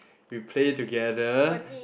we play together